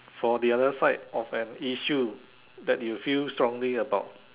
for the other side of an issue that you feel strongly about